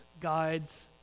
guides